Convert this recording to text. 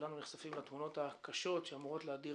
כולנו נחשפים לתמונות הקשות שאמורות להדיר